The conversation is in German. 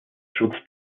schutz